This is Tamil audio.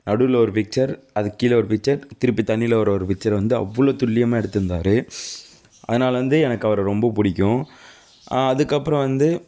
நடுவில் ஒரு பிச்சர் அது கீழே ஒரு பிச்சர் திருப்பி தண்ணியில் ஒரு ஒரு பிச்சரை வந்து அவ்வளோ துல்லியமாக எடுத்திருந்தாரு அதனால வந்து எனக்கு அவரை ரொம்ப பிடிக்கும் அதுக்கப்பறம் வந்து